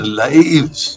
lives